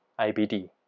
IBD